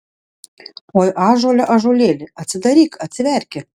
oi ąžuole ąžuolėli atsidaryk atsiverki